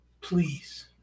Please